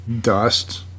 Dust